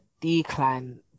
decline